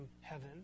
heaven